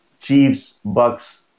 Chiefs-Bucks